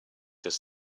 his